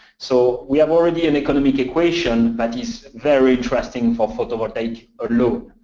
so we have already an economic equation that is very interesting for photovoltaic alone.